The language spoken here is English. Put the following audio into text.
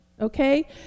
okay